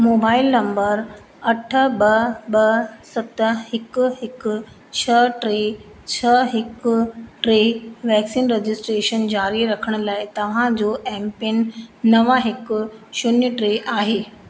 mobile number अठ ॿ ॿ सत हिकु हिकु छह टे छह हिकु टे वैक्सीन रजिस्ट्रेशन जारी रखण लाइ तव्हां जो एम पिन नव हिक शून्य टे आहे